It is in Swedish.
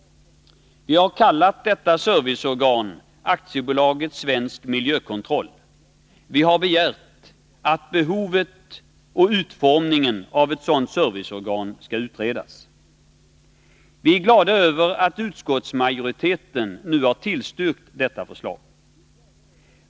Vi har föreslagit att detta serviceorgan kallas AB Svensk Miljökontroll. Vi har även begärt att behovet och utformningen av ett sådant serviceorgan skall utredas. Vi är glada över att utskottsmajoriteten har tillstyrkt detta förslag.